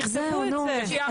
תכתבו את זה.